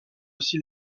aussi